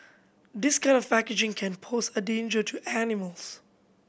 this kind of packaging can pose a danger to animals